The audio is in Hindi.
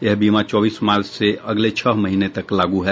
यह बीमा चौबीस मार्च से अगले छह महीने तक लागू है